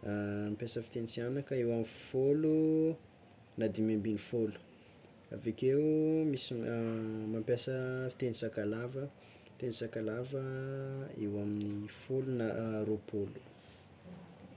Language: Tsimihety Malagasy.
mampiasa fiten-tsihanaka eo amy fôlo na dimy ambin'ny fôlo, avekeo misy mampiasa fiteny Sakalava teny Sakalava eo amin'ny fôlo na roapolo.